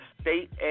state